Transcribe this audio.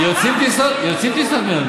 יוצאות טיסות מנתב"ג.